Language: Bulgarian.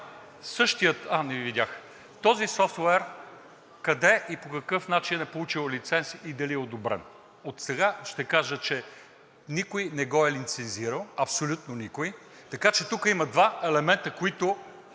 Този софтуер къде и по какъв начин е получил лиценз и дали е одобрен? Отсега ще кажа, че никой не го e лицензирал, абсолютно никой, така че тук има два елемента, които